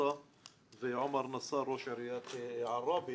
פסוטה ועומר ותד, ראש עיריית עראבה